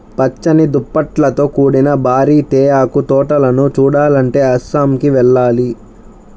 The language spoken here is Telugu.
పచ్చని దుప్పట్లతో కూడిన భారీ తేయాకు తోటలను చూడాలంటే అస్సాంకి వెళ్ళాలి